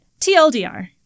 TLDR